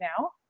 now